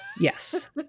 Yes